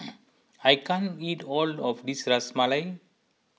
I can't eat all of this Ras Malai